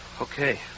Okay